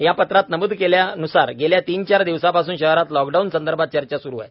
या पत्रात नमूद केल्यान्सार गेल्या तीन चार दिवसांपासून शहरात लॉकडाऊन संदर्भात चर्चा सुरू आहे